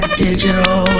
digital